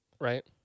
right